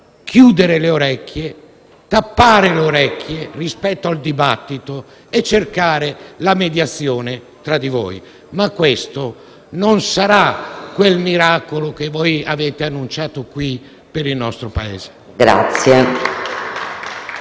patteggiamento, a tappare le orecchie rispetto al dibattito e a cercare la mediazione tra di voi. Ma questo non sarà quel miracolo che voi avete annunciato qui per il nostro Paese.